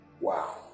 wow